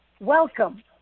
Welcome